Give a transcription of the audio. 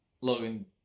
Logan